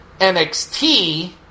NXT